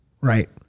Right